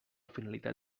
finalitat